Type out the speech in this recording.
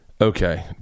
Okay